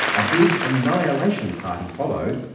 a big annihilation party followed,